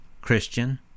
Christian